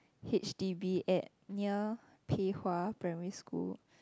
h_d_b at near Pei-Hwa Primary school